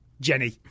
Jenny